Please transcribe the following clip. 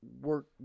work